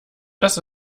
das